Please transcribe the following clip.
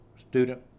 student